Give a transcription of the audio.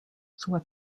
czuła